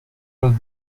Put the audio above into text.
los